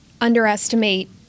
underestimate